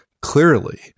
clearly